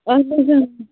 اہن حظ